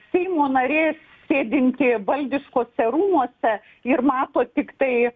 seimo narės sėdintieji valdiškuose rūmuose ir mato tiktai